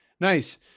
Nice